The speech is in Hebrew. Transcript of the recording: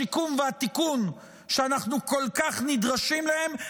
השיקום והתיקון שאנחנו כל כך נדרשים להם.